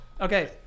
Okay